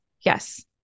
Yes